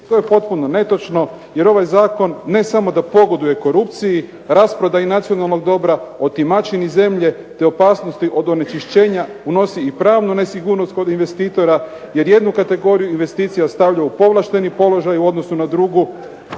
To je potpuno netočno, jer ovaj zakon ne samo da pogoduje korupciji, rasprodaji nacionalnog dobra, otimačini zemlje, te opasnosti od onečišćenja, unosi i pravnu nesigurnost kod investitora. Jer jednu kategoriju investicija stavljaju u povlašteni položaj u odnosu na drugu.